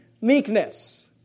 meekness